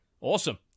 awesome